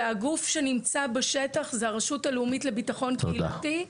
הגוף שנמצא בשטח זו הרשות הלאומית לביטחון קהילתי,